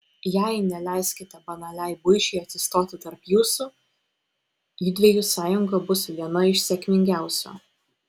jei neleiskite banaliai buičiai atsistoti tarp jūsų judviejų sąjunga bus viena iš sėkmingiausių